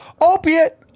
Opiate